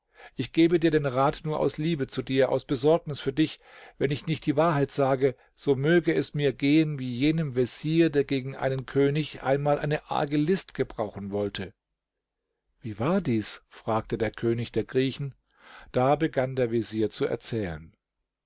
ich gebe dir den rat nur aus liebe zu dir aus besorgnis für dich wenn ich nicht die wahrheit sage so möge es mir gehen wie jenem vezier der gegen einen könig einmal eine arge list gebrauchen wollte wie war dies fragte der könig der griechen da begann der vezier zu erzählen